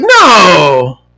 no